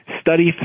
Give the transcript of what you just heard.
study